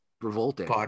revolted